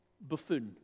buffoon